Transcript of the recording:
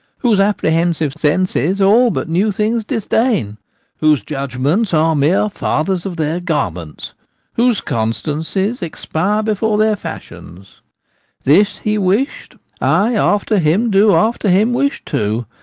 whose apprehensive senses all but new things disdain whose judgments are mere fathers of their garments whose constancies expire before their fashions this he wish'd. i, after him, do after him wish too,